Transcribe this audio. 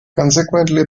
consequently